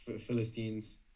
Philistines